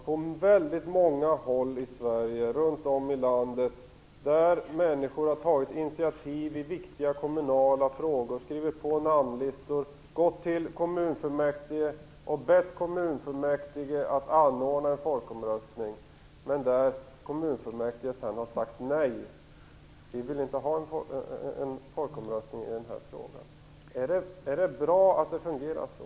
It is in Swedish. På väldigt många håll i Sverige, runt om i landet, har människor tagit initiativ i viktiga kommunala frågor, skrivit på namnlistor, gått till kommunfullmäktige och bett kommunfullmäktige att anordna en folkomröstning, men kommunfullmäktige har sagt: Nej, vi vill inte ha någon folkomröstning i den här frågan. Är det bra att det fungerar så?